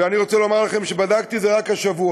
ואני רוצה לומר לכם שבדקתי את זה רק השבוע: